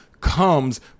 comes